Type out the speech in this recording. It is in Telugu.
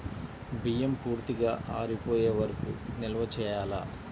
బియ్యం పూర్తిగా ఆరిపోయే వరకు నిల్వ చేయాలా?